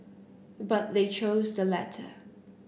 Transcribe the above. but they chose the latter